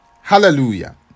Hallelujah